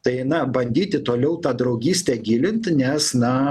tai na bandyti toliau tą draugystę gilint nes na